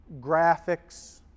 graphics